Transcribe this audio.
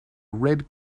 red